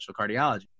cardiology